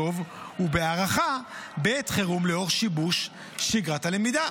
ובה הנחיות בעניין תהליך משוב והערכה בעת חירום לאור שיבוש שגרת הלמידה.